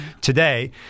today